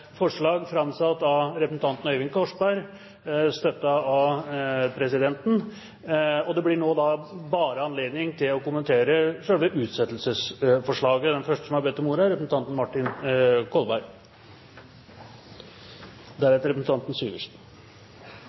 forslag framsatt av representanten Øyvind Korsberg, støttet av presidenten. Det blir nå bare anledning til å kommentere selve utsettelsesforslaget. Den første som har bedt om ordet, er representanten Martin Kolberg.